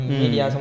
media